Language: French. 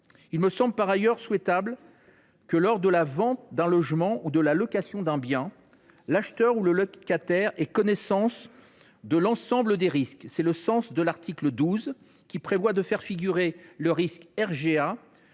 il me semble souhaitable que, lors de la vente d’un logement ou de la location d’un bien, l’acheteur ou le locataire ait connaissance de l’ensemble des risques. C’est le sens de l’article 12, qui fait figurer le risque de